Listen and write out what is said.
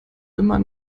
immer